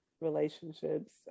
relationships